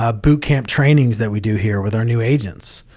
ah boot camp trainings that we do here with our new agents.